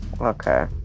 okay